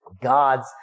God's